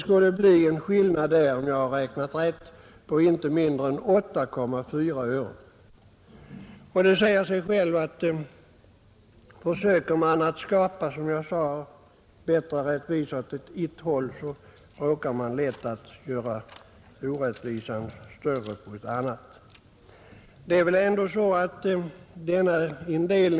Om jag räknat rätt skulle det nämligen där bli en skillnad på inte mindre än 6 öre. Om man alltså försöker skapa större rättvisa på ena hållet, så råkar man lätt göra orättvisan större på andra hållet.